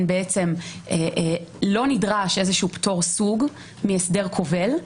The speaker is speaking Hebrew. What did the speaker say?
בעצם לא נדרש איזשהו פטור סוג מהסדר כובל,